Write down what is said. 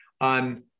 on